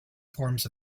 forms